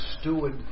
steward